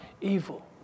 evil